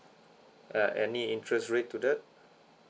uh any interest rate to that